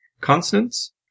consonants